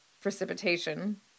precipitation